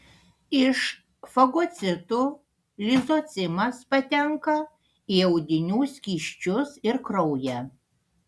iš fagocitų lizocimas patenka į audinių skysčius ir kraują